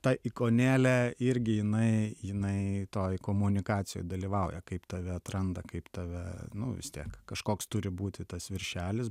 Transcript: ta ikonėlė irgi jinai jinai toj komunikacijoj dalyvauja kaip tave atranda kaip tave nu vis tiek kažkoks turi būti tas viršelis